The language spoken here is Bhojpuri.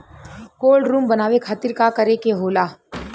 कोल्ड रुम बनावे खातिर का करे के होला?